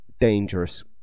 dangerous